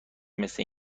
مثل